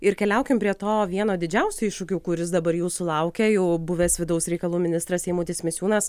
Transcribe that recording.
ir keliaukim prie to vieno didžiausių iššūkių kuris dabar jūsų laukia jau buvęs vidaus reikalų ministras eimutis misiūnas